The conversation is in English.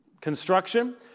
construction